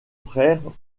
frère